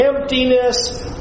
Emptiness